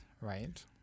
right